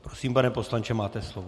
Prosím, pane poslanče, máte slovo.